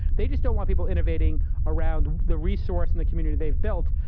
they just don't want people innovating around the resource and the community they have built.